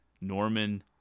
Norman